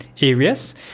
areas